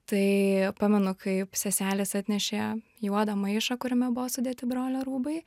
tai pamenu kaip seselės atnešė juodą maišą kuriame buvo sudėti brolio rūbai